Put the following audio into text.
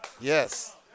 Yes